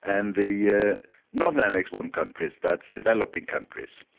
and the yeah non-annex one countries, that's developing countries.